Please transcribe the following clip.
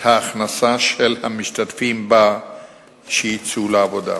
ההכנסה של המשתתפים בה שיצאו לעבודה.